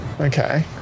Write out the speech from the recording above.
Okay